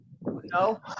No